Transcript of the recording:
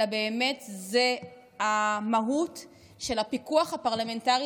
אלא באמת זו המהות של הפיקוח הפרלמנטרי